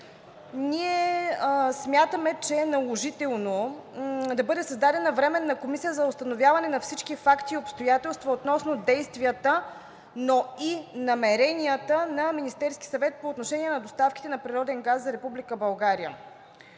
Ние смятаме, че е наложително да бъде създадена временна комисия за установяване на всички факти и обстоятелства относно действията, но и намеренията на Министерския съвет по отношение на доставките на природен газ за